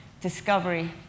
discovery